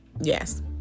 Yes